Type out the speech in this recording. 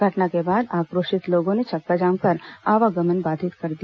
घटना के बाद आक्रोशित लोगों ने चक्काजाम कर आवागमन बाधित कर दिया